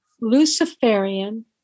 Luciferian